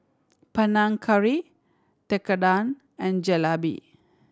Panang Curry Tekkadon and Jalebi